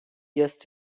jest